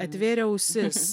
atvėriau ausis